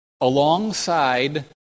Alongside